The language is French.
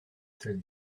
tel